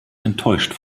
enttäuscht